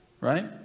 Right